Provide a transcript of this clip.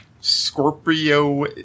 Scorpio